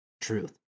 truth